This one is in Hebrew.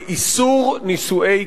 באיסור נישואי קטינים.